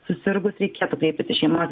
susirgus reikėtų kreiptis į šeimos